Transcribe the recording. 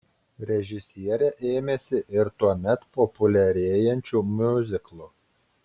režisierė ėmėsi ir tuomet populiarėjančių miuziklų